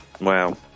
Wow